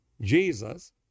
Jesus